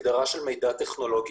הגדרה של מידע טכנולוגי.